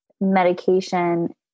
medication